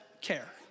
care